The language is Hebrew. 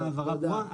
הייתה הבהרה ברורה.